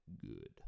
good